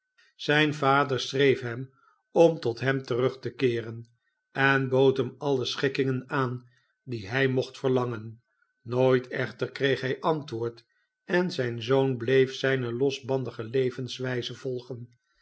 zijn vader schreef hem om tot hem terug te keeren en bood hem alle schikkingen aan die hi mocht verlangen nooit echter kreeg hij antwoord en zijn zoon bleef zijne losbandige levenswijze voigen